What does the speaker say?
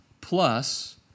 plus